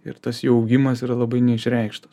ir tas jų augimas yra labai neišreikštas